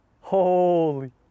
Holy